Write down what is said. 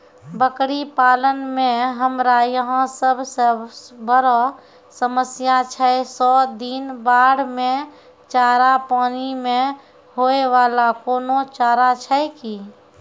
बकरी पालन मे हमरा यहाँ सब से बड़ो समस्या छै सौ दिन बाढ़ मे चारा, पानी मे होय वाला कोनो चारा छै कि?